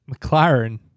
McLaren